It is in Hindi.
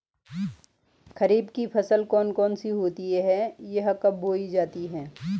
खरीफ की फसल कौन कौन सी होती हैं यह कब बोई जाती हैं?